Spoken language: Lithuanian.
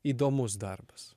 įdomus darbas